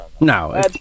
no